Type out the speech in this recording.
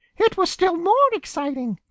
it was still more exciting.